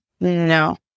no